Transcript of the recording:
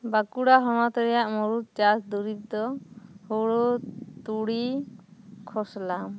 ᱵᱟᱹᱠᱩᱲᱟ ᱦᱚᱱᱚᱛ ᱨᱮᱭᱟᱜ ᱢᱩᱲᱩᱛ ᱪᱟᱥ ᱫᱩᱨᱤᱵᱽ ᱫᱚ ᱦᱳᱲᱳ ᱛᱩᱲᱤ ᱠᱷᱚᱥᱞᱟ